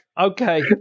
okay